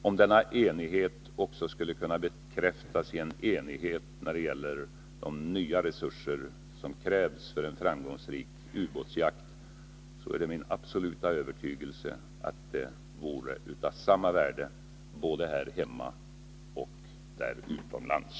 Om denna enighet också skulle kunna bekräftas i en enighet när det gäller de nya resurser som krävs för en framgångsrik ubåtsjakt är det min absoluta övertygelse att det vore av samma värde både här hemma och utomlands.